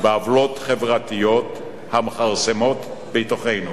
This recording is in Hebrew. בעוולות חברתיות המכרסמות בתוכנו